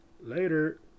Later